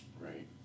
Right